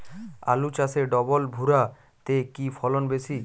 আলু চাষে ডবল ভুরা তে কি ফলন বেশি?